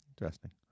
Interesting